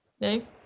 No